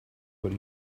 what